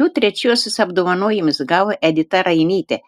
du trečiuosius apdovanojimus gavo edita rainytė